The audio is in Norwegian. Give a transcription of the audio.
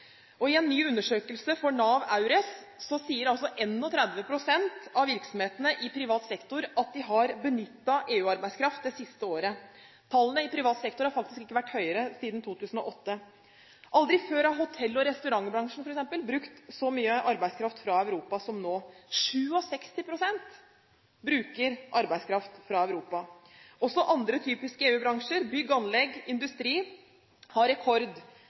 I en ny undersøkelse for NAV EURES sier 31 pst. av virksomhetene i privat sektor at de har benyttet EU-arbeidskraft det siste året. Tallene i privat sektor har faktisk ikke vært høyere siden 2008. Aldri før har hotell- og restaurantbransjen, f.eks., brukt så mye arbeidskraft fra Europa som nå. 67 pst. bruker arbeidskraft fra Europa. Også andre typiske EU-bransjer, som bygg og anlegg og industri, har rekord,